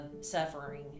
suffering